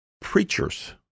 preachers